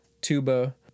tuba